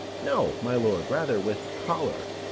no, my lord rather with choler.